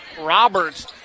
Roberts